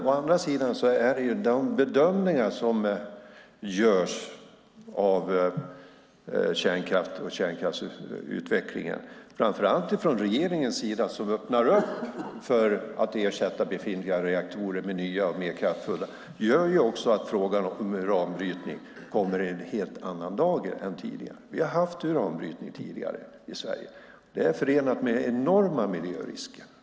Å andra sidan gör de bedömningar som görs av kärnkraftsutvecklingen, framför allt ifrån regeringen som öppnar upp för att ersätta befintliga reaktorer med nya och mer kraftfulla, att frågorna om uranbrytning kommer i en helt annan dager än tidigare. Vi har haft uranbrytning i Sverige tidigare. Det är förenat med enorma miljörisker.